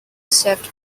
served